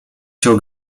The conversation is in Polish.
się